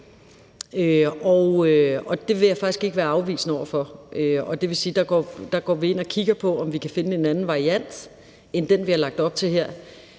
Det vil jeg faktisk ikke være afvisende over for, og det vil sige, at der går vi ind og kigger på, om vi kan finde en anden variant end den, vi har lagt op til her.